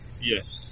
Yes